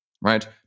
right